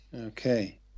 Okay